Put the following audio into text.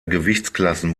gewichtsklassen